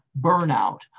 burnout